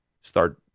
start